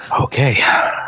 Okay